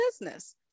business